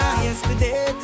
yesterday